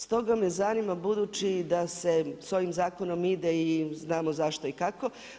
Stoga me zanima budući da se s ovim zakonom ide i znamo zašto i kako.